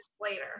later